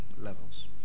levels